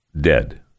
dead